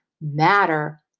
matter